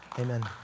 Amen